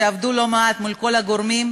שעבדו לא מעט מול כל הגורמים,